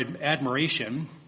admiration